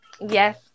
Yes